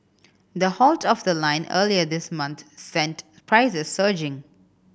the halt of the line earlier this month sent prices surging